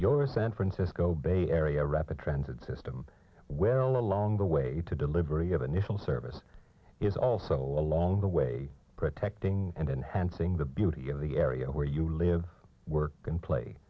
your san francisco bay area rapid transit system well along the way to delivery of initial service is also along the way protecting and enhancing the beauty of the area where you live work and play